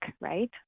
right